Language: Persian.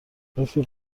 رفیق